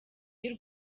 y’u